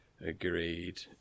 Agreed